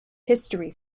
history